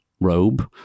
robe